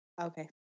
Okay